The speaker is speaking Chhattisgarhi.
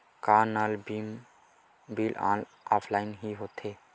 का नल बिल ऑफलाइन हि होथे?